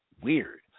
weird